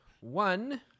one